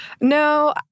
No